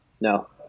No